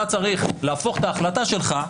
אתה צריך להפוך את ההחלטה שלך,